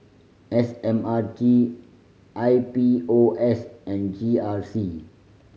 S M R T I P O S and G R C